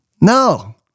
No